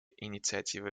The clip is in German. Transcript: initiative